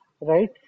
right